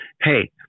Hey